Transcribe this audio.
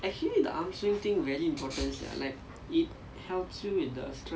and I'm like dey முடியல:mudiyala lah என்னால முடியல:ennaala mudiyala